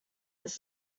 this